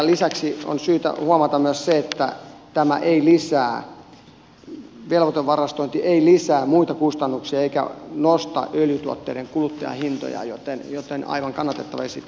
lisäksi on syytä huomata myös se että velvoitevarastointi ei lisää muita kustannuksia eikä nosta öljytuotteiden kuluttajahintoja joten aivan kannatettava esitys